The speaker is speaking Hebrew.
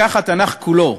בכך שבתנ"ך כולו,